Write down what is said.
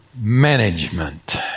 Management